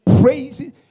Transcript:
Praise